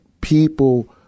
people